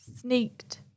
sneaked